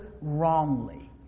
wrongly